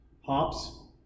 hops